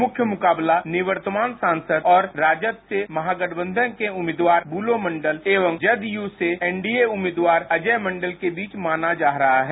मुख्य मुकाबला निवर्तमान सासंद और राजद से महागठबंधन के उम्मीदवार बुलो मंडल एवं जदयू से एनडीए उम्मीदवार अजय मंडल के बीच माना जा रहा है